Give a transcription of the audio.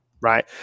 Right